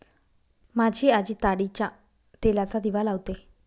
माझी आजी ताडीच्या तेलाचा दिवा लावते